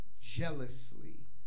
jealously